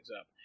up